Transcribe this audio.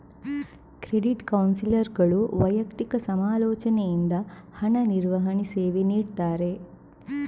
credit ಕೌನ್ಸಿಲರ್ಗಳು ವೈಯಕ್ತಿಕ ಸಮಾಲೋಚನೆಯಿಂದ ಹಣ ನಿರ್ವಹಣೆ ಸೇವೆ ನೀಡ್ತಾರೆ